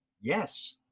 yes